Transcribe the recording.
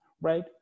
right